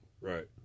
Right